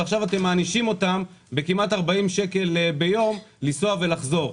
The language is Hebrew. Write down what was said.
ועכשיו אתם מענישים אותם בכמעט 40 שקל ביום לנסוע ולחזור.